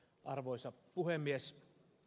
arvoisa puhemies